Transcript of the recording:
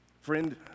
Friend